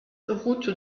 route